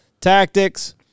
tactics